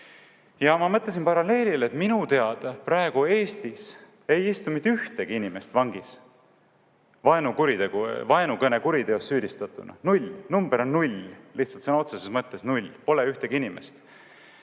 Ma mõtlesin paralleelile, et minu teada praegu Eestis ei istu mitte ühtegi inimest vangis vaenukõnekuriteos süüdistatuna. Null! Number on null, lihtsalt sõna otseses mõttes null, pole ühtegi inimest.